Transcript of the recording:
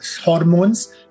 hormones